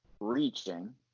reaching –